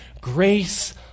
grace